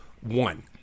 One